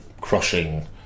crushing